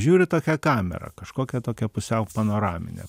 žiūriu tokia kamera kažkokia tokia pusiau panoraminė